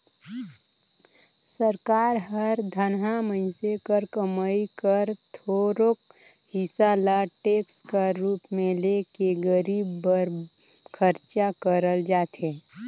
सरकार हर धनहा मइनसे कर कमई कर थोरोक हिसा ल टेक्स कर रूप में ले के गरीब बर खरचा करल जाथे